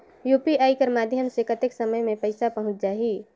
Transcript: UPI कर माध्यम से कतेक समय मे पइसा पहुंच जाहि?